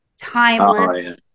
Timeless